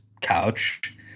couch